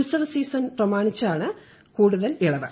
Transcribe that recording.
ഉത്സവസീസൺ പ്രമാണിച്ചാണ് കൂടുതൽ ഇളവ്